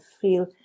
feel